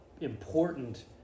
important